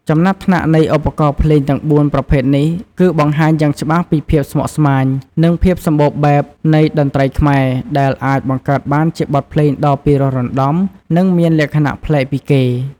ចំណាត់ថ្នាក់នៃឧបករណ៍ភ្លេងទាំង ៤ ប្រភេទនេះ គឺបង្ហាញយ៉ាងច្បាស់ពីភាពស្មុគស្មាញ និងភាពសម្បូរបែបនៃតន្ត្រីខ្មែរ ដែលអាចបង្កើតបានជាបទភ្លេងដ៏ពីរោះរណ្តំ និងមានលក្ខណៈប្លែកពីគេ។